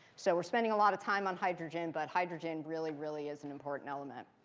so we're spending a lot of time on hydrogen, but hydrogen really, really is an important element.